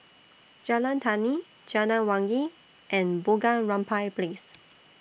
Jalan Tani Jalan Wangi and Bunga Rampai Place